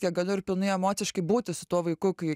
kiek galiu ir pilnai emociškai būti su tuo vaiku kai